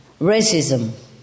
racism